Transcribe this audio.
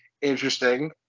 interesting